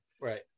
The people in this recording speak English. Right